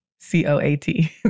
C-O-A-T